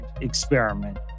experiment